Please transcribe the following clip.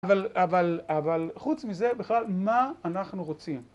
אבל, אבל, אבל, חוץ מזה, בכלל, מה אנחנו רוצים?